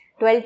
12